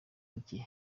mike